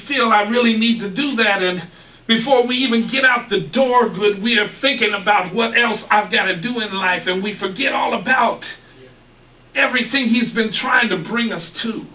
feel i really need to do that and before we even get out the door good we're thinking about what else i've got to do in life and we forget all about everything he's been trying to bring us to